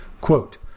Quote